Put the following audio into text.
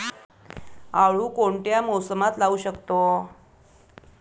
आळू कोणत्या मोसमात लावू शकतो?